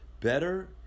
better